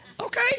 Okay